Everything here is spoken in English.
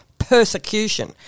persecution